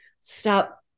stop